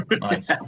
Nice